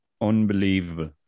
unbelievable